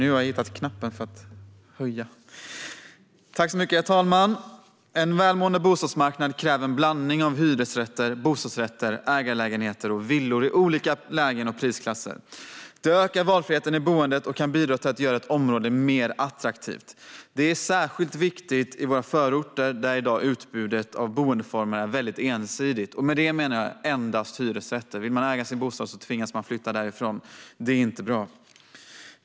Herr talman! En välmående bostadsmarknad kräver en blandning av hyresrätter, bostadsrätter, ägarlägenheter och villor i olika lägen och prisklasser. Det ökar valfriheten i boendet och kan bidra till att göra ett område mer attraktivt. Det är särskilt viktigt i våra förorter där utbudet av boendeformer i dag är väldigt ensidigt. Med detta menar jag endast hyresrätter. Vill man äga sin bostad tvingas man flytta därifrån, och det är inte bra.